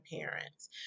parents